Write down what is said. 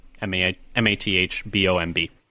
m-a-m-a-t-h-b-o-m-b